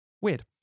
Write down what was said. Weird